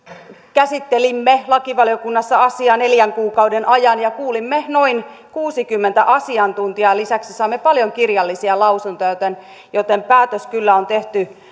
käsittelimme lakivaliokunnassa asiaa neljän kuukauden ajan ja kuulimme noin kuusikymmentä asiantuntijaa ja lisäksi saimme paljon kirjallisia lausuntoja joten päätös kyllä on tehty